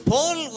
Paul